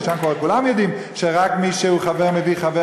ששם כבר כולם יודעים שרק מי שהוא חבר מביא חבר